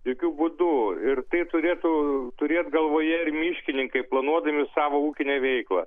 jokiu būdu ir tai turėtų turėt galvoje ir miškininkai planuodami savo ūkinę veiklą